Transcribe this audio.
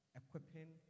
equipping